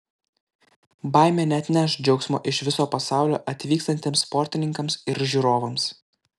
baimė neatneš džiaugsmo iš viso pasaulio atvykstantiems sportininkams ir žiūrovams